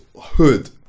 hood